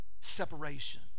separation